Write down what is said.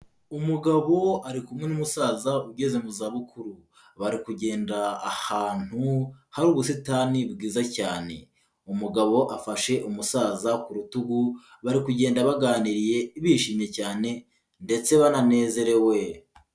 Umugabo ari kumwe n'umusaza ugeze mu zabukuru. Bari kugenda ahantu hari ubusitani bwiza cyane. Umugabo afashe umusaza ku rutugu, bari kugenda baganiriye bishimye cyane ndetse baranezerewe.